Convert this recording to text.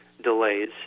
delays